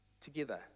together